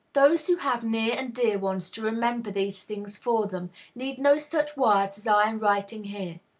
those who have near and dear ones to remember these things for them need no such words as i am writing here.